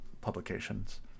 publications